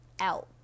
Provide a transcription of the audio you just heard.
out